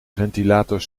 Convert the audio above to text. ventilator